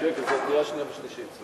כן, כי זו קריאה שנייה ושלישית.